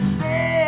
Stay